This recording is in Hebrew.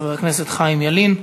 חבר הכנסת חיים ילין,